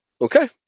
Okay